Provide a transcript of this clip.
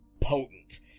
potent